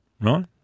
Right